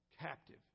captive